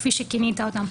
כפי שכינית אותה.